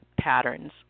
patterns